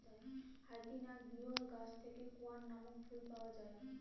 হাইতির এক বিরল গাছ থেকে স্কোয়ান নামক ফুল পাওয়া যায়